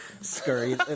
scurry